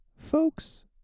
Folks